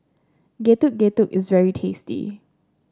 Getuk Getuk is very tasty